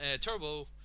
Turbo